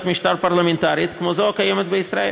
משטר פרלמנטרית כמו זו הקיימת בישראל,